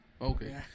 Okay